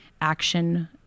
action